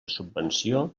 subvenció